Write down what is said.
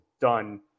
done